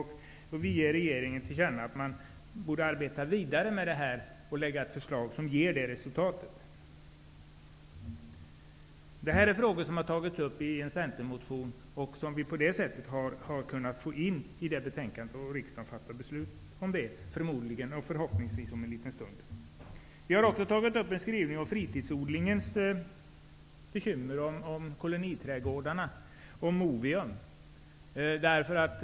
Utskottet ger regeringen till känna att man skall arbeta vidare med denna fråga och lägga fram förslag. Dessa frågor har tagits upp i en centermotion, och på så sätt har frågorna kommit med i betänkandet för riksdagen att fatta beslut om -- förhoppningsvis om en liten stund. Utskottet har också behandlat en skrivelse om bekymmer med fritidsodling, koloniträdgårdar och MOVIUM-sekretariatet.